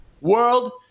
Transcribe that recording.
world